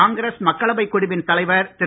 காங்கிரஸ் மக்களவைக் குழுவின் தலைவர் திரு